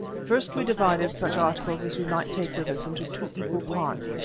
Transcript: first we divided such articles as we must take with us into two equal parts,